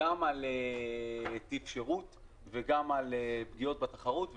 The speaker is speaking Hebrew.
גם על טיפ שירות וגם על פגיעות בתחרות,